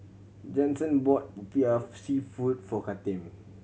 Jensen bought Popiah Seafood for Kathern